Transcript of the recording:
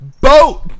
boat